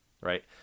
Right